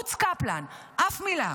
ערוץ קפלן, אף מילה.